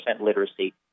literacy